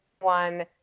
one